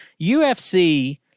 UFC